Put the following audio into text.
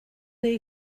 they